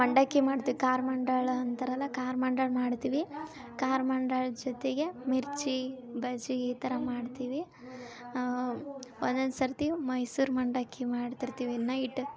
ಮಂಡಕ್ಕಿ ಮಾಡ್ತೀವಿ ಖಾರ ಮಂಡಾಳ ಅಂತಾರಲ್ಲ ಖಾರ ಮಂಡಾಳ ಮಾಡ್ತೀವಿ ಖಾರ ಮಂಡಾಳು ಜೊತೆಗೆ ಮಿರ್ಚಿ ಬಜ್ಜಿ ಈ ಥರ ಮಾಡ್ತೀವಿ ಒಂದೊಂದು ಸರ್ತಿ ಮೈಸೂರು ಮಂಡಕ್ಕಿ ಮಾಡ್ತಿರ್ತೀವಿ ನೈಟ್